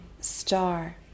star